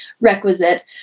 requisite